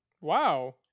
Wow